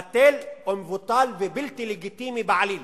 בטל ומבוטל ובלתי לגיטימי בעליל,